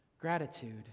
gratitude